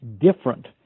different